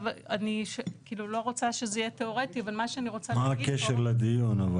מה הקשר לדיון?